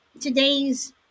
today's